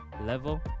level